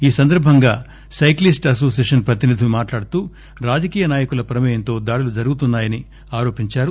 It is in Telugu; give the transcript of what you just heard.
ఈ సందర్బంగా సైకిలిస్టు అనోసియేషన్ ప్రతినిధులు మాట్లాడుతూ రాజకీయ నాయకుల ప్రమేయంతో దాడులు జరుగుతున్నా యని ఆరోపించారు